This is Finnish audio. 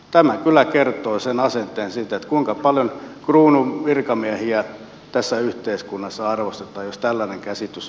tämä kyllä kertoo sen asenteen siitä kuinka paljon kruunun virkamiehiä tässä yhteiskunnassa arvostetaan jos tällainen käsitys